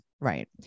right